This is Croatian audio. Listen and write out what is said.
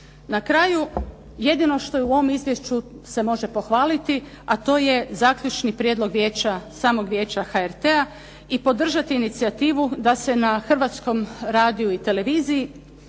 Na kraju, jedino što u ovom izvješću se može pohvaliti, a to je zaključni prijedlog vijeća, samog Vijeća HRT-a i podržati inicijativu da se na Hrvatskom radiju i televiziji